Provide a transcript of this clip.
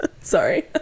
sorry